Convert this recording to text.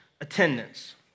attendance